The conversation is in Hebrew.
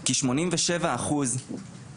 כי שמונים ושבעה אחוז מהסטודנטים